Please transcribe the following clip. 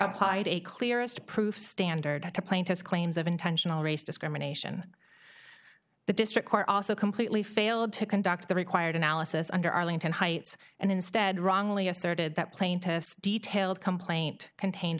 applied a clearest proof standard to plaintiff's claims of intentional race discrimination the district court also completely failed to conduct the required analysis under arlington heights and instead wrongly asserted that plaintiff's detailed complaint contained